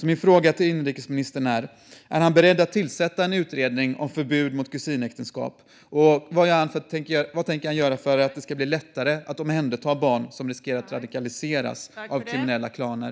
Min fråga till inrikesministern är: Är han beredd att tillsätta en utredning om förbud mot kusinäktenskap, och vad tänker han göra för att det ska bli lättare att omhänderta barn som riskerar att radikaliseras av kriminella klaner?